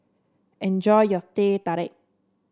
enjoy your Teh Tarik